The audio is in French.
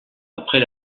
après